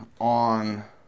on